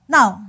Now